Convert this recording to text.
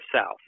south